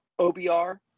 OBR